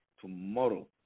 tomorrow